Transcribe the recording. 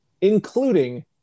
including